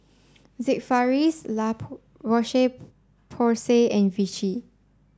Sigvaris La Roche Porsay and Vichy